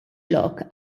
lok